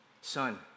Son